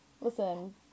listen